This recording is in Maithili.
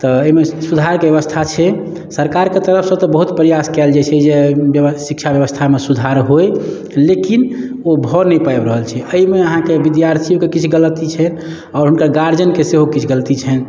तऽ एहिमे सुधारके बेबस्था छै सरकारके तरफसँ तऽ बहुत प्रयास कएल जाइ छै जे शिक्षा बेबस्थामे सुधार होइ लेकिन ओ भऽ नहि पाबि रहल छै एहिमे अहाँके विद्यार्थीओके किछु गलती छै आओर हुनका गार्जनके सेहो किछु गलती छनि